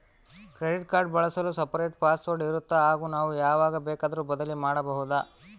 Credit card ಬಳಸಲು separate password ಇರುತ್ತಾ ಹಾಗೂ ನಾವು ಯಾವಾಗ ಬೇಕಾದರೂ ಬದಲಿ ಮಾಡಬಹುದಾ?